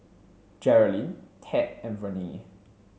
Jerilyn Ted Verne